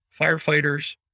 Firefighters